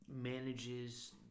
manages